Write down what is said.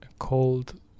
called